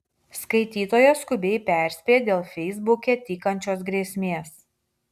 skaitytoja skubiai perspėja dėl feisbuke tykančios grėsmės